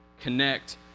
connect